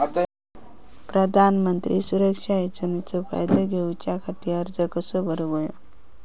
प्रधानमंत्री सुरक्षा योजनेचो फायदो घेऊच्या खाती अर्ज कसो भरुक होयो?